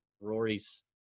Rory's